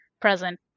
present